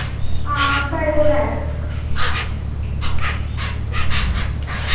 हां साढ़े कोल ऐ